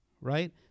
right